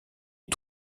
des